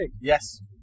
Yes